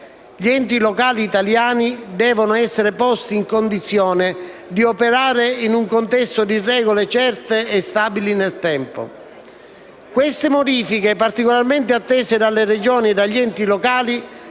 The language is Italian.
Gli enti locali italiani devono essere posti in condizione di operare in un contesto di regole certe e stabili nel tempo. Queste modifiche, particolarmente attese dalle Regioni e dagli enti locali,